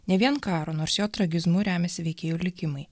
ne vien karo nors jo tragizmu remiasi veikėjų likimai